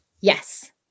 yes